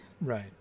Right